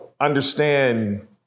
understand